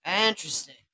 interesting